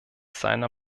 seiner